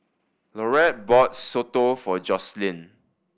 Laurette bought soto for Joselyn